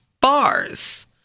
bars